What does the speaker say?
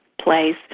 place